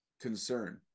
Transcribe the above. concern